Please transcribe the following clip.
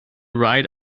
ride